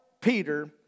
Peter